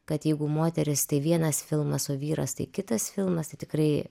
kad jeigu moteris tai vienas filmas o vyras tai kitas filmas tai tikrai